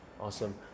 awesome